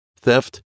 theft